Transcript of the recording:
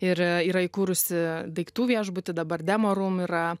ir yra įkūrusi daiktų viešbutį dabar demo rum yra